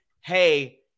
hey